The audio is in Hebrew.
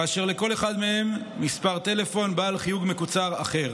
ולכל אחד מהם מספר טלפון בעל חיוג מקוצר אחר.